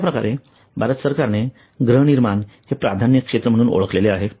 अश्याप्रकारे भारत सरकारने गृहनिर्माण हे प्राधान्य क्षेत्र म्हणून ओळखलेले आहे